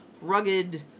rugged